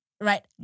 Right